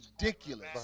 ridiculous